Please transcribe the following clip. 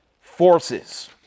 forces